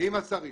עם השרים.